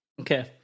Okay